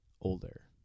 older